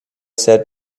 said